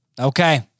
Okay